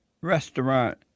restaurant